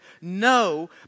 no